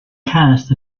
cast